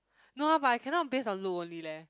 no ah but I cannot based on look only leh